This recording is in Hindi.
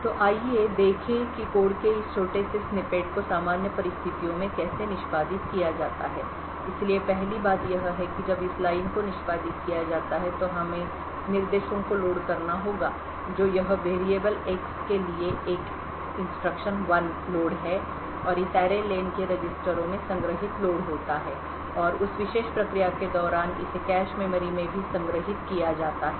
तो आइए देखें कि कोड के इस छोटे से स्निपेट को सामान्य परिस्थितियों में कैसे निष्पादित किया जाता है इसलिए पहली बात यह है कि जब इस लाइन को निष्पादित किया जाता है तो हमें निर्देशों को लोड करना होगा जो यह variable चर X के लिए एक लोड है और इस array len के रजिस्टरों में संग्रहीत लोड होता है और उस विशेष प्रक्रिया के दौरान इसे कैश मेमोरी में भी संग्रहीत लोड किया जाता है